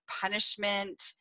punishment